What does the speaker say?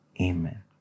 amen